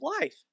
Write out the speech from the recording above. life